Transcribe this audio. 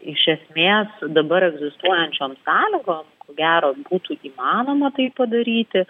iš esmės dabar egzistuojančioms sąlygom ko gero būtų įmanoma tai padaryti